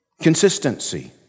Consistency